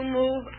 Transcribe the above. move